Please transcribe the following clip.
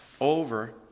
over